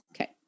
Okay